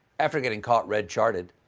after getting caught red-charted,